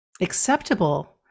acceptable